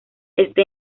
éste